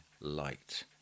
light